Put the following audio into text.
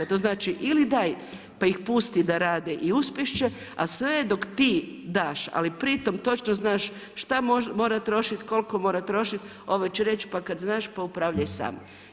To znači ili daj pa ih pusti da rade i uspjeti će, a sve dok ti daš, ali pri tome točno znaš što mora trošiti, koliko mora trošiti, ovi će reći, pa kad znaš, upravljaj sam.